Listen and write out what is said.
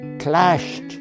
clashed